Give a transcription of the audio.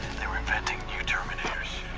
they're inventing new terminators,